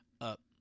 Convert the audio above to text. up